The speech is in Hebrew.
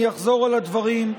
אני אחזור על הדברים,